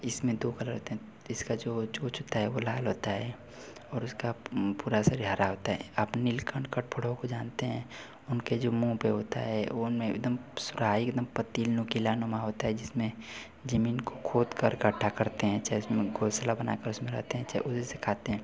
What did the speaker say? इसमें दो कलर होते हैं तो इसकी जो चोंच होती है वह लाल होती है और उसका पुरा शरीर हरा होता है आप नीलकण्ठ कठफोड़वा को जानते हैं उनके जो मुँह पर होता है वह उनमें एक दम सुराही एक दम पतली नुकीलानुमा होता है जिसमें ज़मीन को खोदकर गड्ढा करते हैं चहे उसमें घोंसला बनाकर उसमें रहते हैं चहे उसी से खाते हैं